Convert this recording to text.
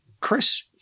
Chris